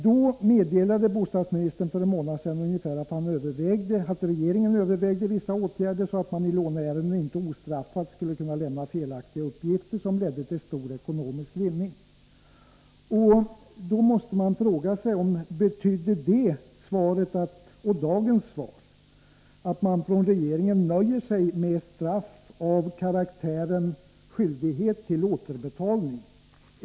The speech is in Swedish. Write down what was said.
Om de statliga om För ungefär en månad sedan meddelade bostadsministern att regeringen byggnadslånen övervägde vissa åtgärder så att man i låneärenden inte ostraffat skulle kunna lämna felaktiga uppgifter som ledde till stor ekonomisk vinning. Betyder det svaret och dagens svar att regeringen nöjer sig med straff av karaktären skyldighet till återbetalning?